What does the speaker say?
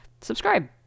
subscribe